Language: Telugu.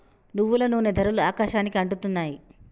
నువ్వుల నూనె ధరలు ఆకాశానికి అంటుతున్నాయి